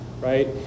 right